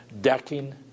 decking